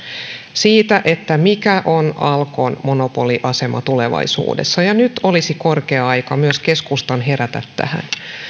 siitä siitä mikä on alkon monopoliasema tulevaisuudessa nyt olisi korkea aika myös keskustan herätä tähän